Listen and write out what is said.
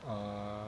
err